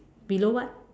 below what